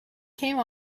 came